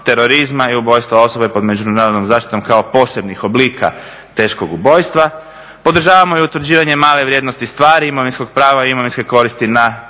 terorizma i ubojstva osobe pod međunarodnom zaštitom kao posebnih oblika teškog ubojstva, podržavamo i utvrđivanje male vrijednosti stvari, imovinskog prava, imovinske koristi na